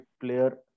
player